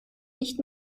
nicht